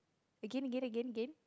again again again again